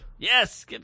Yes